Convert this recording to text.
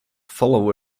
follow